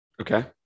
Okay